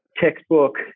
textbook